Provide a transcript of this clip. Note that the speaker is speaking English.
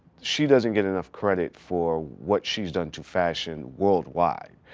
she doesn't get enough credit for what she's done to fashion worldwide.